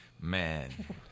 man